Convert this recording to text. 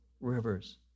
rivers